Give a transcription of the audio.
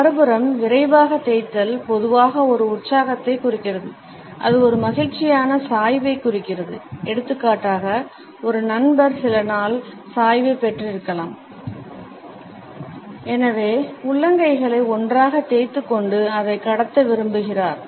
மறுபுறம் விரைவான தேய்த்தல் பொதுவாக ஒரு உற்சாகத்தைக் குறிக்கிறது அது ஒரு மகிழ்ச்சியான சாய்வைக் குறிக்கிறது எடுத்துக்காட்டாக ஒரு நண்பர் சில நல்ல சாய்வைப் பெற்றிருக்கலாம் எனவே உள்ளங்கைகளை ஒன்றாக தேய்த்துக் கொண்டு அதை கடத்த விரும்புகிறார்